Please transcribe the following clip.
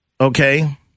Okay